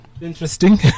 interesting